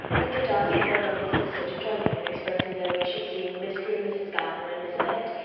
mr. darcy called on his sister to join him in expressing their wish of seeing mr. and mrs. gardiner, and miss bennet,